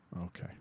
Okay